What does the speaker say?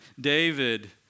David